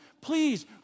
please